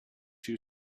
you